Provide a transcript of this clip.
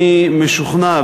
אני משוכנע,